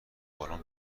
بالن